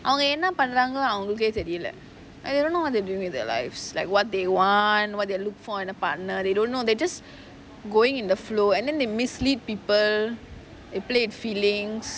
அவங்க என்ன பண்றாங்கனு அவங்களுக்கே தெரில:avanga enna pandraanganu avangalukae terila I don't know what they doing with their lives like what they want what they look for in a partner they don't know they just going with the flow and then they mislead people they play with feelings